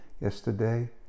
yesterday